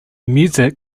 music